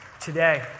Today